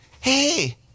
hey